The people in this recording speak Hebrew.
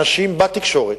אנשים בתקשורת,